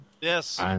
Yes